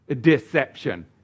deception